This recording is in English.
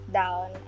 down